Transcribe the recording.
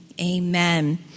amen